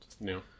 No